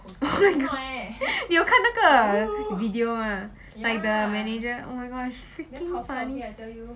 oh my god 你有看那个 video mah like the manager